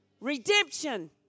Redemption